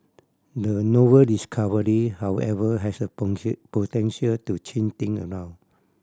the novel discovery however has the potential to change thing around